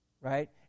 right